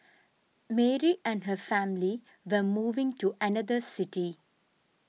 Mary and her family were moving to another city